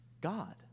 God